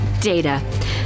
Data